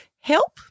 help